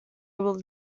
will